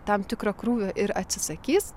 tam tikro krūvio ir atsisakys